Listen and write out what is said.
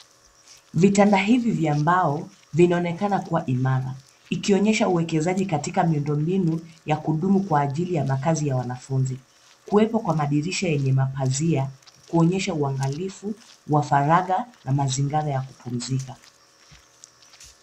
Vitanda hivi vya mbao vinaonekana kuwa imara. Ikionyesha uekezaji katika miundo mbinu ya kudumu kwa ajili ya makazi ya wanafunzi .Kuwepo kwa madirisha yenye mapazia kuonyesha uangalifu wa faraga na mazingara ya kupumzika.